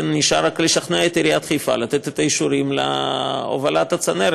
נשאר רק לשכנע את עיריית חיפה לתת את האישורים להובלת הצנרת.